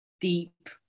deep